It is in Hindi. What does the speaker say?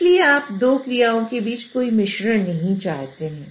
इसलिए आप 2 क्रियाओं के बीच कोई मिश्रण नहीं चाहते हैं